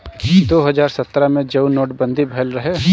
दो हज़ार सत्रह मे जउन नोट बंदी भएल रहे